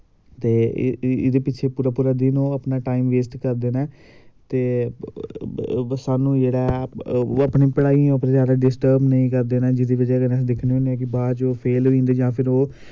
ते इदे पिच्छें पूरा पूरा दिन ओह् अपना टाईम बेस्ट करदे नै ते स्हानू जेह्ड़ा ऐ ओह् अपनी पढ़ाइयै उप्पर जादा डिस्टर्व नेंई करदे न जेह्दी बज़ा कन्नै अस दिक्खने होन्ने कि बाद च ओह् फेल होई जां फिर ओह्